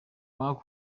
banga